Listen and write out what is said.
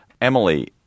Emily